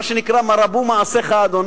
מה שנקרא: מה רבו מעשיך השם.